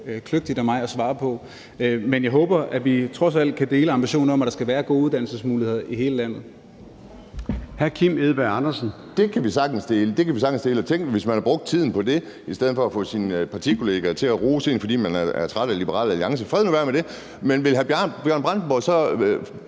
være så kløgtigt af mig at svare på. Men jeg håber, at vi trods alt kan dele ambitionen om, at der skal være gode uddannelsesmuligheder i hele landet. Kl. 13:27 Formanden (Søren Gade): Hr. Kim Edberg Andersen. Kl. 13:27 Kim Edberg Andersen (DD): Det kan vi sagtens blive enige om. Tænk, hvis man havde brugt tiden på det, i stedet for at få sine partikollegaer til at rose en, fordi man er træt af Liberal Alliance, men fred nu være med det. Vil hr. Bjørn Brandenborg så